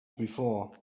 before